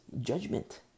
judgment